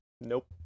Nope